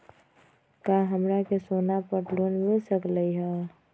का हमरा के सोना पर लोन मिल सकलई ह?